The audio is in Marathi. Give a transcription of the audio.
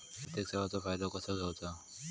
आर्थिक सेवाचो फायदो कसो घेवचो?